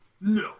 No